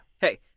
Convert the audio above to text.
Hey